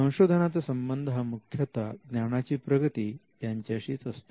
संशोधनांचा संबंध हा मुख्यता ज्ञानाची प्रगती याच्याशीच असतो